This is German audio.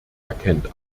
erkennt